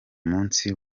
munsi